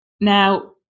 Now